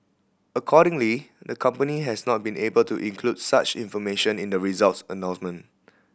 accordingly the company has not been able to include such information in the results announcement